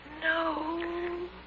No